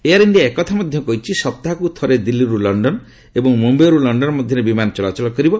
air India ଏକଥା ମଧ୍ୟ କହିଛି ସପ୍ତାହକୁ ଥରେ ଦିଲ୍ଲୀରୁ ଲକ୍ଷନ ଏବଂ ମୁମ୍ୟାଇରୁ ଲଣ୍ଡନ ମଧ୍ୟରେ ବିମାନ ଚଳାଚଳ କରିବ